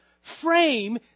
frame